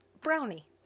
brownie